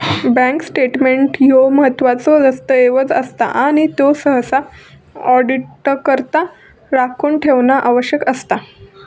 bank statement ह्यो महत्त्वाचो दस्तऐवज असता आणि त्यो सहसा ऑडिटकरता राखून ठेवणा आवश्यक असता